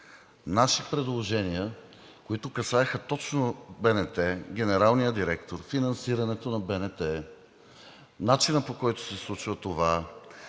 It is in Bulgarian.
наши предложения, които касаеха точно БНТ – генералния директор, финансирането на БНТ, начина, по който се случва това,